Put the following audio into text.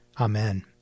Amen